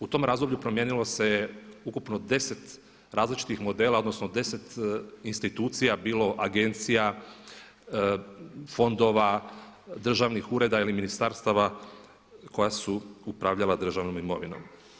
U tom razdoblju promijenilo se je ukupno deset različitih modela odnosno deset institucija, bilo agencija, fondova, državnih ureda ili ministarstava koja su upravljala državnom imovinom.